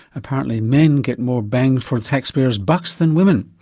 apparently men get more bang for taxpayers' bucks than women.